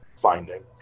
finding